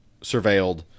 surveilled